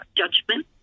judgment